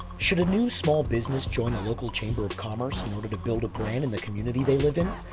should a new small business join a local chamber of commerce in order to build a brand in the community they live in?